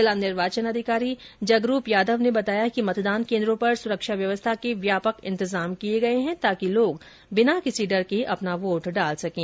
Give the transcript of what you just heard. जिला निर्वाचन अधिकारी जगरूप यादव ने बताया कि मतदान केन्द्रों पर सुरक्षा व्यवस्था के व्यापक इन्तजाम किए गए है ताकि लोग बिना किसी डर के अपना वोट डाल सकें